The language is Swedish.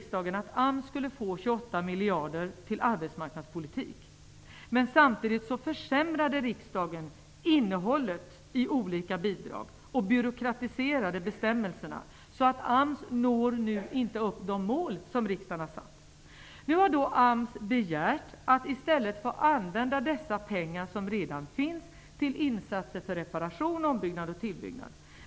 Samtidigt försämrade riksdagen innehållet i olika bidrag och byråkratiserade bestämmelserna så att AMS nu inte når de mål som riksdagen har ställt upp. Nu har AMS begärt att i stället få använda de pengar som redan finns till insatser för reparation, ombyggnad och tillbyggnad.